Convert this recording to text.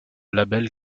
label